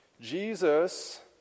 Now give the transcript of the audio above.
Jesus